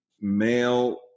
male